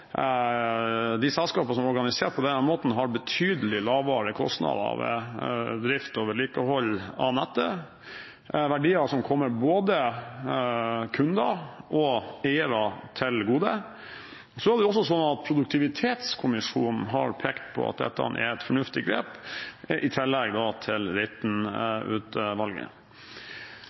de selskapene som er organisert på denne måten, har betydelig lavere kostnader ved drift og vedlikehold av nettet – verdier som kommer både kunder og eiere til gode. Så er det også sånn at Produktivitetskommisjonen, i tillegg til Reiten-utvalget, har pekt på at dette er et fornuftig grep. I tillegg til